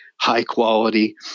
high-quality